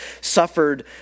suffered